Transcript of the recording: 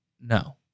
No